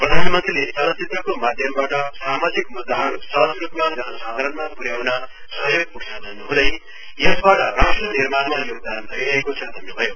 प्रधानमन्त्रीले चलचित्रको माध्यमबाट सामाजिक मुद्दाहरू सहजरूपमा जनसाधारणमा पुर्याउने सहयोग पुग्छ बन्नुहुँदै यसबाट राष्ट्र निर्माणमा योगदान भइरहेको छ भन्नुभयो